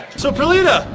so perlita,